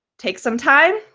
take some time,